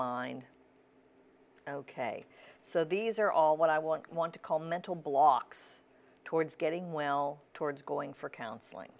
mind ok so these are all what i want want to call mental blocks towards getting will towards going for counseling